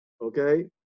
okay